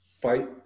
fight